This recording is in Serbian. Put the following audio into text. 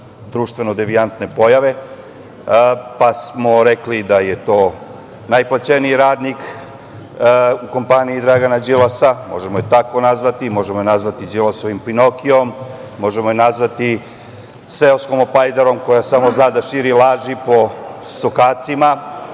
društveno devijantne pojave, pa smo rekli da je to najplaćeniji radnik u kompaniji Dragana Đilasa, možemo je tako nazvati, možemo je nazvati Đilasovim Pinokiom, možemo je nazvati seoskom opajdarom koja samo zna da širi laži po sokacima